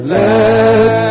let